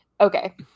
Okay